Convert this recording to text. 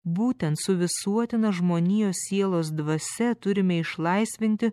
būtent su visuotina žmonijos sielos dvasia turime išlaisvinti